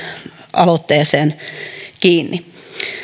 aloitteeseen kiinni